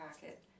packet